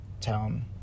town